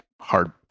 hard